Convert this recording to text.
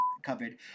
Covered